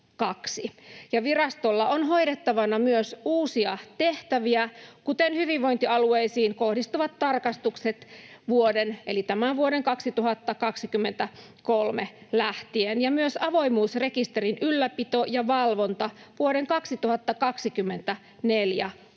Virastolla on hoidettavana myös uusia tehtäviä, kuten hyvinvointialueisiin kohdistuvat tarkastukset vuodesta 2023 eli tästä vuodesta lähtien ja myös avoimuusrekisterin ylläpito ja valvonta vuoden 2024 alusta